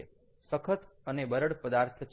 સખત અને બરડ પદાર્થ છે